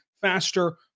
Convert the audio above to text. faster